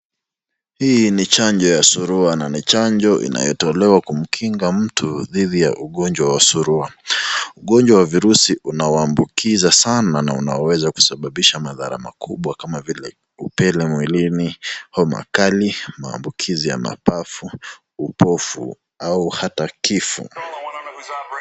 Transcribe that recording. Hii ni chanjo ya surua na ni chanjo inayotolewa kumkinga mtu dhidi ya ugonjwa wa surua. Ugonjwa wa virusi unaoambukiza sana na unaoweza kusababisha madhara makubwa kama vile upele mwilini, homa kali. maambukizi ya mapafu, upofu au ata kifo.